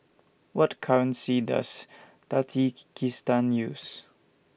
What currency Does Tajikikistan use